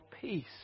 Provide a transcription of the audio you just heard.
peace